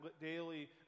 daily